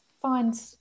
find